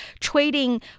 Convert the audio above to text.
trading